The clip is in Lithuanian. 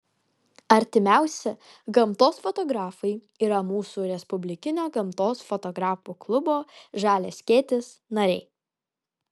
artimiausi gamtos fotografai yra mūsų respublikinio gamtos fotografų klubo žalias skėtis nariai